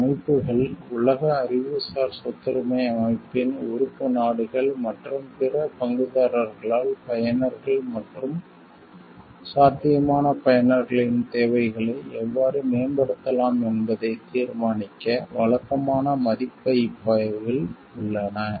இந்த அமைப்புகள் உலக அறிவுசார் சொத்துரிமை அமைப்பின் உறுப்பு நாடுகள் மற்றும் பிற பங்குதாரர்களால் பயனர்கள் மற்றும் சாத்தியமான பயனர்களின் தேவைகளை எவ்வாறு மேம்படுத்தலாம் என்பதைத் தீர்மானிக்க வழக்கமான மதிப்பாய்வில் உள்ளன